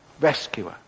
rescuer